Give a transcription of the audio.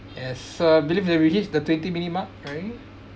and so I believe they release the twenty minute mark right